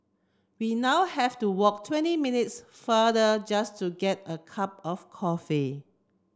we now have to walk twenty minutes farther just to get a cup of coffee